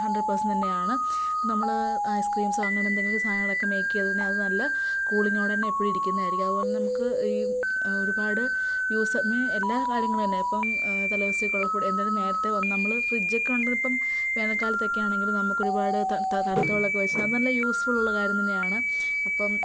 hundred percentage തന്നെയാണ് നമ്മൾ ഐസ്ക്രീംസോ അങ്ങനെ എന്തെങ്കിലും സാധനങ്ങളൊക്കെ മേക് ചെയ്തേൽ അത് നല്ല കൂളിങ്ങോടുതന്നെ എപ്പോഴും ഇരിക്കുന്നതായിരിക്കും അതുപോലെ തന്നെ നമുക്ക് ഈ ഒരുപാട് യൂസ് എല്ലാ കാര്യങ്ങളും തന്നെ ഇപ്പം തലേദിവസത്തേക്കുള്ള ഫുഡ് എന്നേലും നേരത്തെ വന്നു നമ്മൾ ഫ്രിഡ്ജൊക്കെ ഉള്ളപ്പം വേനൽക്കാലത്തൊക്കെയാണെങ്കിലും നമുക്ക് ഒരുപാട് ത തണുത്ത വെള്ളമൊക്കെ വെച്ച് അത് നല്ല യൂസ്ഫുൾ ഉള്ള കാര്യം തന്നെയാണ് അപ്പം